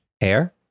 Hair